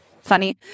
funny